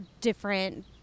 different